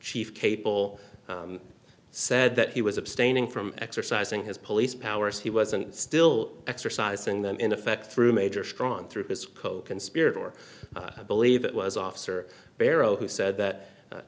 chief capel said that he was abstaining from exercising his police powers he wasn't still exercising them in effect through major strawn through his coconspirator or i believe it was officer barrow who said that